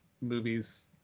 movies